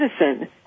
medicine